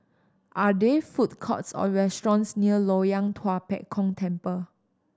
are there food courts or restaurants near Loyang Tua Pek Kong Temple